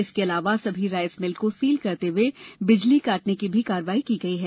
इसके अलावा सभी राइस मिल को सील करते हुए बिजली काटने की भी कार्रवाई की गयी है